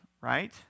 right